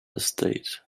estate